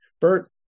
Bert